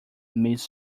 miss